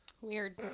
Weird